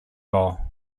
bowl